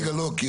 רגע, לא.